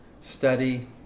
study